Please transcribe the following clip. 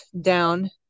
down